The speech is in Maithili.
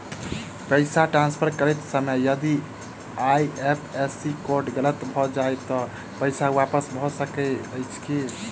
पैसा ट्रान्सफर करैत समय यदि आई.एफ.एस.सी कोड गलत भऽ जाय तऽ पैसा वापस भऽ सकैत अछि की?